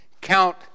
count